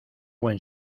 buen